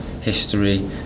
history